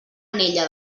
anella